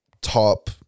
top